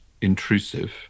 intrusive